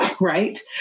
right